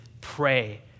pray